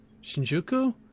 Shinjuku